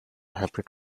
hybrid